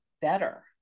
better